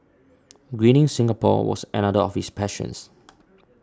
greening Singapore was another of his passions